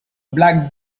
black